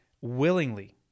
willingly